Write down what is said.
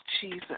Jesus